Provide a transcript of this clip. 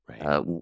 Right